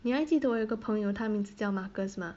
你还记得我有个朋友他的名字叫 marcus 吗